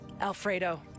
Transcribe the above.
Alfredo